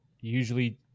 usually